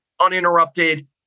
uninterrupted